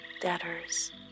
debtors